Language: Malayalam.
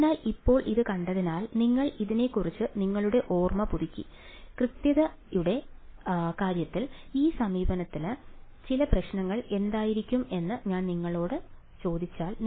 അതിനാൽ ഇപ്പോൾ ഇത് കണ്ടതിനാൽ നിങ്ങൾ ഇതിനെക്കുറിച്ച് നിങ്ങളുടെ ഓർമ്മ പുതുക്കി കൃത്യതയുടെ കാര്യത്തിൽ ഈ സമീപനത്തിലെ ചില പ്രശ്നങ്ങൾ എന്തായിരിക്കും എന്ന് ഞാൻ നിങ്ങളോട് ചോദിച്ചാൽ